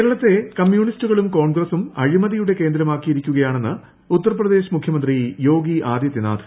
P മുഖ്യമന്ത്രി കേരളത്തെ കമ്യൂണിസ്റ്റുകളും കോൺഗ്രസ്സും അഴിമതിയുടെ കേന്ദ്രമാക്കിയിരിക്കുകയാണെന്ന് ഉത്തർപ്രദേശ് മുഖ്യമന്ത്രി യോഗി ആദിത്യനാഥ്